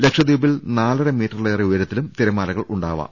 ലക്ഷദ്വീപിൽ നാലര മീറ്ററിലേറെ ഉയ രത്തിലും തിരമാലകൾ ഉണ്ടാകാം